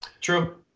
True